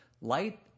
light